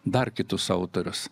dar kitus autorius